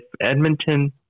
Edmonton